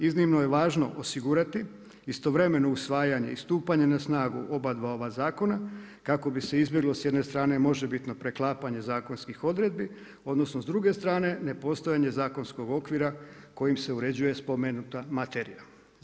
Iznimno je važno osigurati istovremeno usvajanje i stupanje na snaga obadva ova zakona kako bi se izbjeglo s jedne strane možebitno preklapanje zakonskih odredbi odnosno s druge strane, nepostojanje zakonskog okvira kojim se uređuje spomenuta materija.